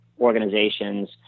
organizations